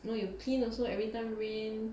you know you clean also everytime rain